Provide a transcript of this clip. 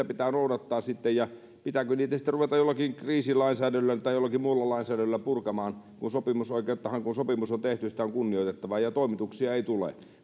pitää noudattaa ja pitääkö niitä sitten ruveta jollakin kriisilainsäädännöllä tai jollakin muulla lainsäädännöllä purkamaan kun sopimusoikeuttahan kun sopimus on tehty on kunnioitettava ja toimituksia ei tule